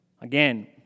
Again